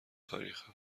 تاریخ